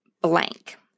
blank